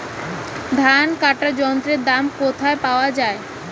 ধান কাটার যন্ত্রের দাম কোথায় পাওয়া যায়?